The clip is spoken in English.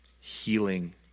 healing